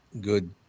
good